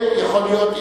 ועדה אחרת,